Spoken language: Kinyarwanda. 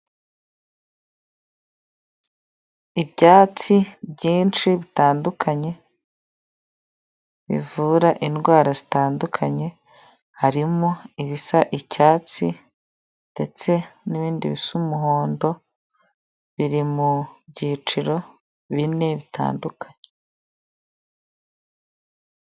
Ibyatsi byinshi bitandukanye, bivura indwara zitandukanye, harimo ibisa icyatsi ndetse n'ibindi bisa umuhondo biri mu byiciro bine bitandukanye.